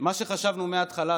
מה שחשבנו מהתחלה,